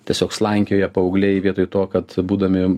tiesiog slankioja paaugliai vietoj to kad būdami